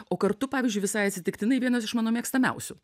o kartu pavyzdžiui visai atsitiktinai vienas iš mano mėgstamiausių